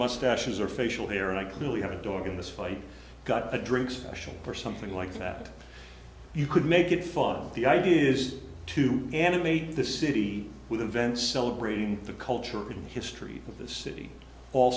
mustaches or facial hair and i clearly have a dog in this fight got a drink special for something like that you could make it fun the idea is to animate the city with events celebrating the culture and history of the city all